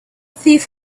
thief